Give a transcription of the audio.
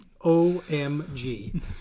O-M-G